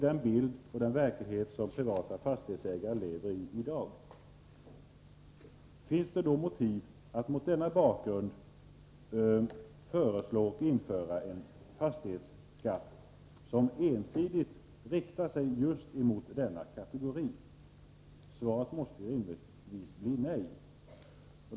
Det är denna verklighet som privata fastighetsägare i dag lever i. Finns det mot denna bakgrund motiv för att föreslå införandet av en fastighetsskatt som ensidigt riktar sig just mot denna kategori fastighetsägare? Svaret måste rimligtvis bli nej.